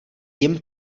jim